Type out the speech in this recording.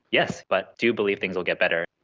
yes, but do believe things will get better.